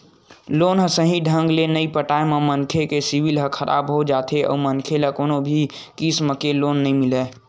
loan ल सहीं ढंग ले नइ पटाए म मनखे के सिविल ह खराब हो जाथे अउ मनखे ल कोनो भी किसम के लोन नइ मिलय